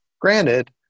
granted